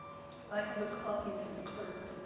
you. i have a copy for the clerk.